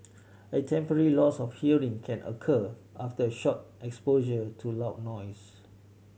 a temporary loss of hearing can occur after a short exposure to loud noise